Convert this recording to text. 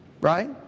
Right